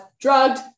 drugged